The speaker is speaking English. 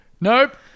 Nope